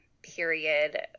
Period